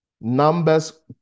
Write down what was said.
Numbers